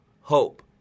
Hope